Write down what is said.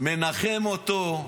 מנחם אותו,